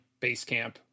Basecamp